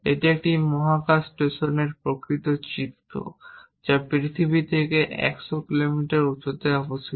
এটি একটি মহাকাশ স্টেশনের প্রকৃত চিত্র যা পৃথিবী থেকে 100 কিলোমিটার উচ্চতায় অবস্থিত